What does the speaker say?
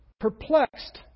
Perplexed